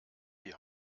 die